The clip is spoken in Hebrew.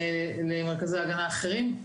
למרכזי הגנה אחרים.